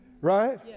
Right